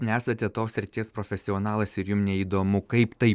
nesate tos srities profesionalas ir jum neįdomu kaip tai padaryta